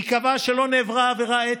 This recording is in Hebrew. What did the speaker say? היא קבעה שלא נעברה עבירה אתית,